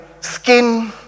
skin